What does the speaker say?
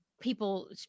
people